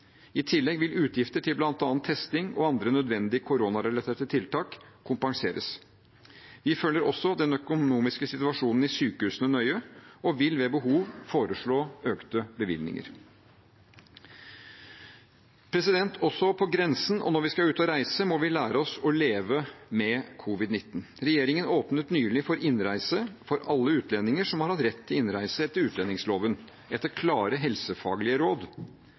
I tillegg vil utgifter til bl.a. testing og andre nødvendige koronarelaterte tiltak kompenseres. Vi følger også den økonomiske situasjonen i sykehusene nøye og vil ved behov foreslå økte bevilgninger. Også på grensen og når vi skal ut og reise, må vi lære oss å leve med covid-19. Regjeringen åpnet nylig for innreise for alle utlendinger som har rett til innreise etter utlendingsloven, etter klare helsefaglige råd.